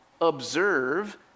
observe